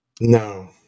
No